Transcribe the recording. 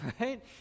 right